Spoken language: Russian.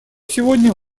сегодня